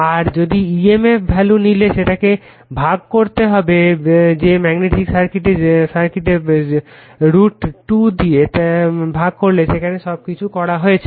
আর যদি emf value নিলে সেটাকে ভাগ করতে হবে যে ম্যাগনেটিক সার্কিটকে √ 2 দিয়ে ভাগ করলে সেখানে সবকিছু করা হয়েছে